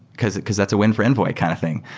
because because that's a win for envoy kind of thing,